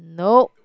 nop